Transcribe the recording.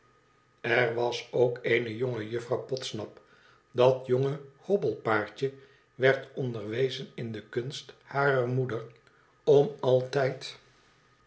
er was ook eene jonge juflrouw podsnap dat jonge hobbelpaardje werd onderwezen in de kunst harer moeder om altijd